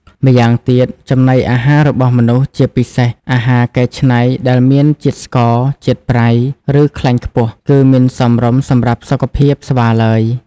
ម្យ៉ាងទៀត ចំណីអាហាររបស់មនុស្ស ជាពិសេសអាហារកែច្នៃដែលមានជាតិស្ករ ជាតិប្រៃ ឬខ្លាញ់ខ្ពស់ គឺមិនសមរម្យសម្រាប់សុខភាពស្វាឡើយ។